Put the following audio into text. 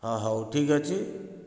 ଅ ହେଉ ଠିକ୍ ଅଛି